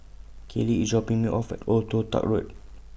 Kalie IS dropping Me off At Old Toh Tuck Road